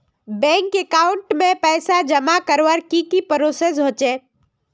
Bank account में पैसा जमा करवार की की प्रोसेस होचे?